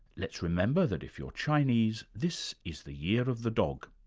let's remember that, if you're chinese, this is the year of the dog.